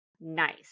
nice